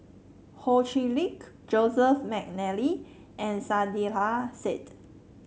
Ho Chee Lick Joseph McNally and Saiedah Said